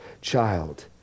child